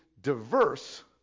diverse